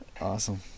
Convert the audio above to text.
Awesome